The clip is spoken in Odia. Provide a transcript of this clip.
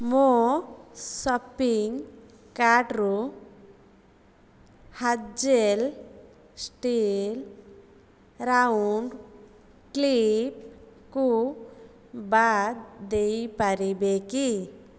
ମୋ ସପିଂ କାର୍ଟରୁ ହାଜେଲ୍ ଷ୍ଟିଲ୍ ରାଉଣ୍ଡ୍ କ୍ଲିପ୍କୁ ବାଦ ଦେଇପାରିବେ କି